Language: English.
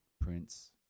Prince